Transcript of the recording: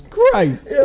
Christ